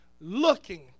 looking